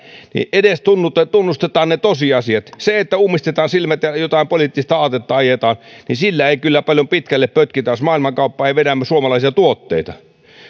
niin edes tunnustetaan tunnustetaan ne tosiasiat sillä että ummistetaan silmät ja jotain poliittista aatetta ajetaan ei kyllä kovin pitkälle pötkitä jos maailmankauppa ei vedä suomalaisia tuotteita